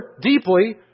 deeply